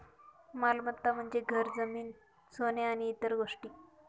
मालमत्ता म्हणजे घर, जमीन, सोने आणि इतर गोष्टी